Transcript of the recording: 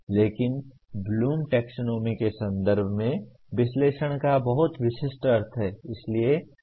लेकिन Bloom taxonomy के संदर्भ में विश्लेषण का बहुत विशिष्ट अर्थ है